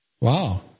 Wow